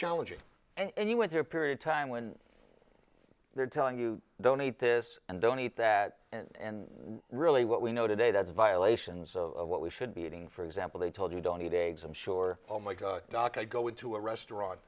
challenging and you went through a period time when they're telling you don't eat this and don't eat that and really what we know today that's violations of what we should be eating for example they told you don't eat eggs i'm sure oh my god i go into a restaurant